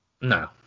No